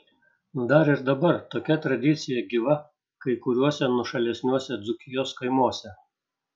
dar ir dabar tokia tradicija gyva kai kuriuose nuošalesniuose dzūkijos kaimuose